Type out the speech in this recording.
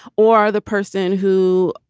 or the person who,